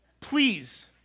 please